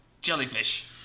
jellyfish